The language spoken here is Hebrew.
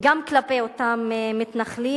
גם כלפי אותם מתנחלים.